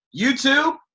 YouTube